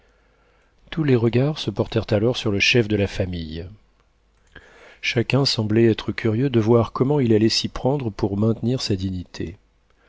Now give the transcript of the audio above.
tous les regards se portèrent alors sur le chef de la famille chacun semblait être curieux de voir comment il allait s'y prendre pour maintenir sa dignité